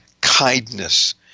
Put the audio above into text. kindness